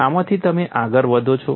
એમાંથી તમે આગળ વધો છો